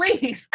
please